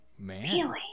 man